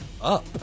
up